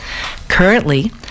Currently